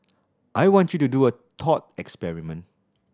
I want you to do a thought experiment